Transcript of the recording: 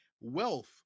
wealth